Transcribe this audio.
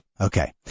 Okay